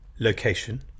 location